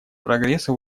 прогресса